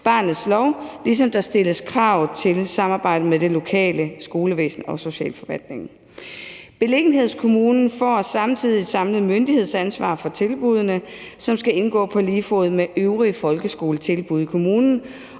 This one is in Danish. ligesom der stilles krav til samarbejde med det lokale skolevæsen og socialforvaltningen. Beliggenhedskommunen får samtidig et samlet myndighedsansvar for tilbuddene, som skal indgå på lige fod med øvrige folkeskoletilbud i kommunen,